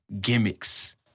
gimmicks